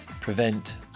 prevent